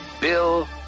Bill